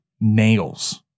nails